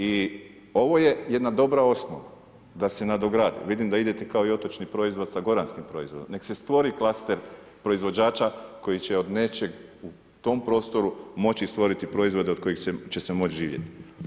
I ovo je jedna dobra osnova, da se nadogradi, vidim da idete kao i otočni proizvodi, sa goranskim proizvodom, nek se stvori flaster proizvođača, koji će neće tom prostoru moći stvoriti proizvode od kojih će se živjeti.